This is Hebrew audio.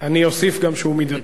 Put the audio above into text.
אני גם אוסיף שהוא מידתי.